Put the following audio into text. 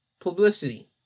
publicity